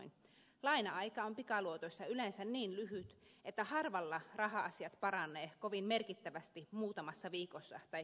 laina aika on pikaluotoissa yleensä niin lyhyt että harvalla raha asiat paranevat kovin merkittävästi muutamassa viikossa tai kuukaudessa